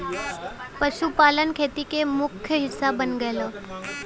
पशुपालन खेती के मुख्य हिस्सा बन गयल हौ